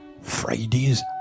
Friday's